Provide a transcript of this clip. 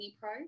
Pro